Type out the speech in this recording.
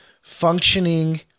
functioning